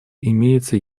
имеется